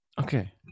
Okay